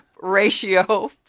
ratio